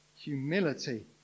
Humility